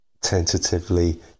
tentatively